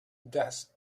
does